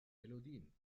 melodien